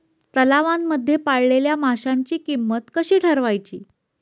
तलावांमध्ये पाळलेल्या माशांची किंमत कशी ठरवायची?